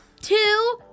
two